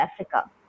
Africa